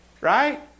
Right